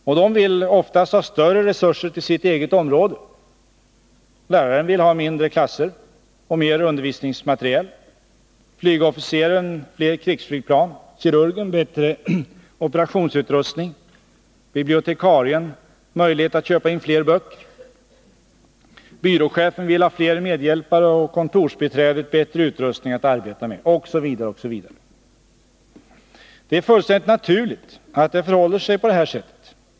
Och de vill oftast ha större resurser till sitt eget område. Läraren vill ha mindre klasser och mer undervisningsmateriel, flygofficeraren fler krigsflygplan, kirurgen bättre operationsutrustning, bibliotekarien möjlighet att köpa in fler böcker, byråchefen vill ha fler medhjälpare och kontorsbiträdet bättre utrustning att arbeta med, osv. Det är fullständigt naturligt att det förhåller sig på det här sättet.